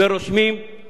זה לא נכון לומר את זה.